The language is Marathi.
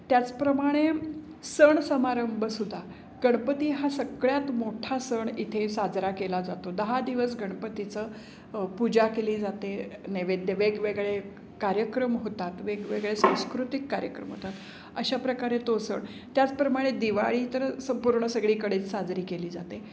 त्याचप्रमाणे सण समारंभसुद्धा गणपती हा सगळ्यात मोठा सण इथे साजरा केला जातो दहा दिवस गणपतीचं पूजा केली जाते नैवेद्य वेगवेगळे कार्यक्रम होतात वेगवेगळे सांस्कृतिक कार्यक्रम होतात अशा प्रकारे तो सण त्याचप्रमाणे दिवाळी तर संपूर्ण सगळीकडेच साजरी केली जाते